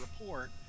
report